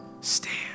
Stand